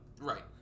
Right